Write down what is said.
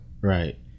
Right